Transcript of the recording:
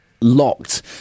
locked